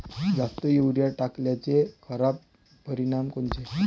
जास्त युरीया टाकल्याचे खराब परिनाम कोनचे?